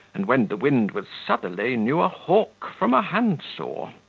and, when the wind was southerly, knew a hawk from a handsaw.